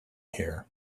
here